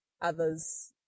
others